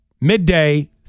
midday